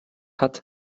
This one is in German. hat